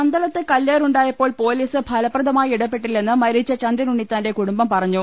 പന്തളത്ത് കല്ലേറുണ്ടായപ്പോൾ പൊലീസ് ഫലപ്രദമായി ഇടപെട്ടില്ലെന്ന് മരിച്ച ചന്ദ്രൻ ഉണ്ണിത്താന്റെ കൂടുംബം പറഞ്ഞു